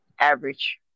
Average